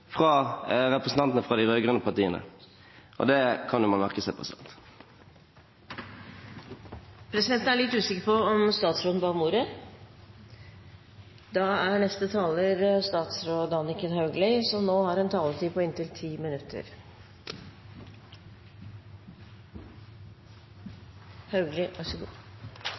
fra representantene for de rød-grønne partiene. Det kan man jo merke seg. Presidenten er litt usikker på om statsråd Anniken Hauglie ba om ordet? – Da er neste taler statsråd Anniken Hauglie.